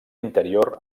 interior